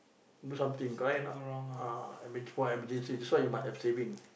do something correct or not ah i mean for emergency that's why you must have saving